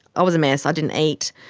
i was a mess, i didn't eat.